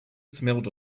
smelled